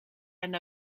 and